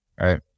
right